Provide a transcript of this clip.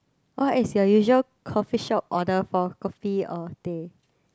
what's your usual coffeeshop order for kopi or teh